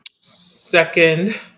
Second